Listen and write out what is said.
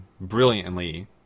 brilliantly